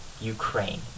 Ukraine